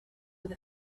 with